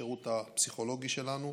השירות הפסיכולוגי שלנו.